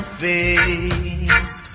face